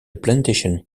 plantation